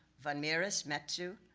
van mieris, metsu.